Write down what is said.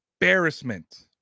embarrassment